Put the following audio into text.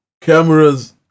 cameras